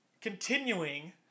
continuing